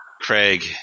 Craig